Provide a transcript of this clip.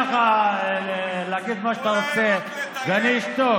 אני אתן לך להגיד מה שאתה רוצה ואני אשתוק.